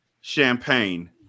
champagne